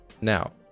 now